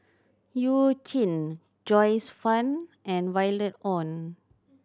You Jin Joyce Fan and Violet Oon